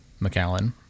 McAllen